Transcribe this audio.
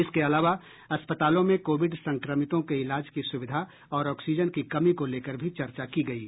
इसके अलावा अस्पतालों में कोविड संक्रमितों के इलाज की सुविधा और ऑक्सीजन की कमी को लेकर भी चर्चा की गयी